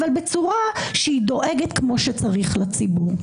אבל בצורה שדואגת כמו שצריך לציבור.